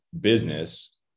business